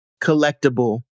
collectible